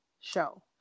show